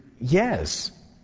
Yes